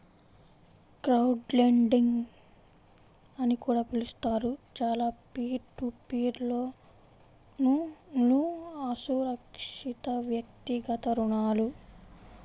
crowdlending అని కూడా పిలుస్తారు, చాలా పీర్ టు పీర్ లోన్లుఅసురక్షితవ్యక్తిగత రుణాలు